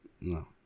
No